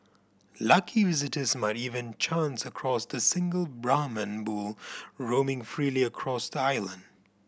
lucky visitors might even chance across the single Brahman bull roaming freely across the island